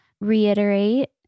reiterate